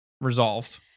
resolved